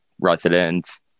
residents